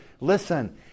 Listen